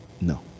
No